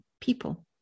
people